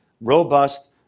robust